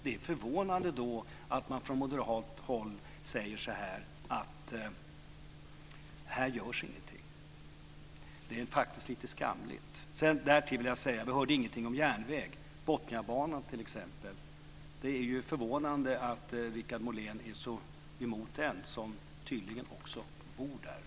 Det är då förvånande att man från moderat håll säger att här görs ingenting. Det är faktiskt lite skamligt. Därtill vill jag säga att vi inte hörde någonting om järnvägen. Det är förvånande att Per-Richard Molén, som tydligen bor där uppe, är så emot Botniabanan.